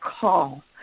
call